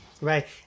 right